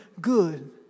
good